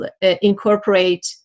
incorporate